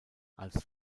als